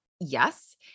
Yes